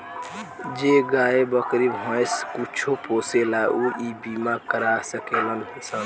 जे गाय, बकरी, भैंस कुछो पोसेला ऊ इ बीमा करा सकेलन सन